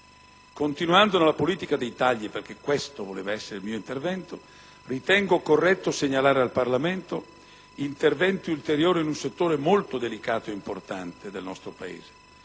Continuando nella politica dei tagli, perché questo voleva essere l'argomento principale del mio intervento, ritengo corretto segnalare al Parlamento interventi ulteriori in un settore molto delicato e importante, quali sono le